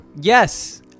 yes